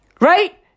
Right